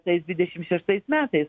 tais dvidešimt šeštais metais